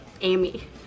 Amy